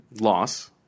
Loss